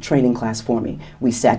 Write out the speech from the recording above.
training class for me we sat